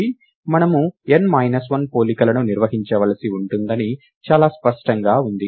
మనము n minus 1 పోలికలను నిర్వహించవలసి ఉంటుందని చాలా స్పష్టంగా ఉంది